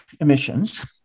emissions